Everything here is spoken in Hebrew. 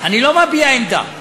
אני לא מביע עמדה.